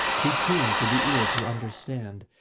too keen for the ear to understand,